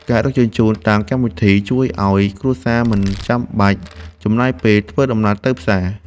ការដឹកជញ្ជូនតាមកម្មវិធី ជួយឱ្យគ្រួសារមិនចាំបាច់ចំណាយពេលធ្វើដំណើរទៅផ្សារ។